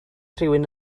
rhywun